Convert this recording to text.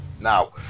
now